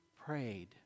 prayed